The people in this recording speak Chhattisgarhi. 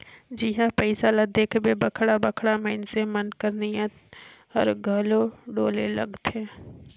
जिहां पइसा ल देखथे बड़खा बड़खा मइनसे मन कर नीयत हर घलो डोले लगथे